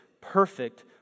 perfect